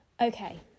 okay